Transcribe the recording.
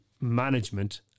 management